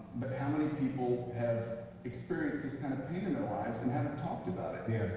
but how many people have experienced this kind of pain in their lives and haven't talked about it.